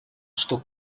что